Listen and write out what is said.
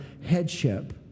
headship